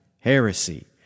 heresy